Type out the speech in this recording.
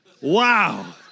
Wow